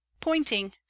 pointing